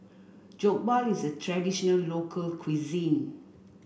Jokbal is a traditional local cuisine